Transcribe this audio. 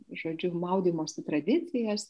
žodžiu maudymosi tradicijas